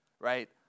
right